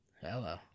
hello